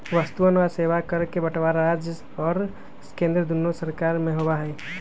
वस्तुअन और सेवा कर के बंटवारा राज्य और केंद्र दुन्नो सरकार में होबा हई